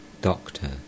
Doctor